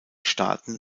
staaten